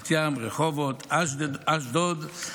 בבת ים, ברחובות, באשדוד,